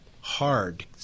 hard